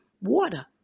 water